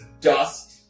dust